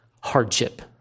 hardship